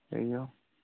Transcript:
कहियौ